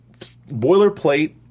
boilerplate